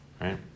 right